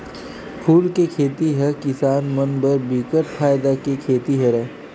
फूल के खेती ह किसान मन बर बिकट फायदा के खेती हरय